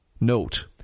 Note